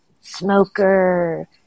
smoker